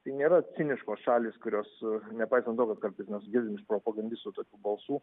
tai nėra ciniškos šalys kurios nepaisant to kad kartais mes girdim iš propagandistų tokių balsų